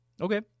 Okay